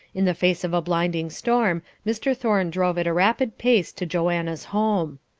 in the face of a blinding storm mr. thorne drove at a rapid pace to joanna's home.